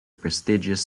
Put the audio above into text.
prestigious